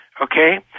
Okay